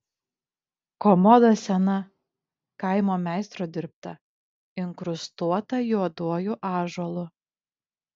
komoda sena kaimo meistro dirbta inkrustuota juoduoju ąžuolu